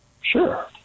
Sure